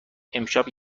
امشب